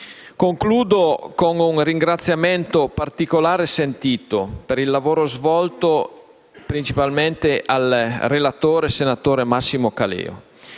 Concludo con un ringraziamento particolarmente sentito per il lavoro svolto, principalmente al relatore, senatore Massimo Caleo,